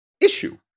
issue